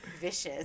vicious